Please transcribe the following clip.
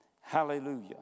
Hallelujah